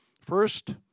First